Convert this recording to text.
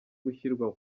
gushyirwa